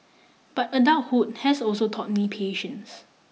but adulthood has also taught me patience